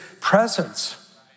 presence